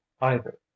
either